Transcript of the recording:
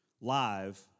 live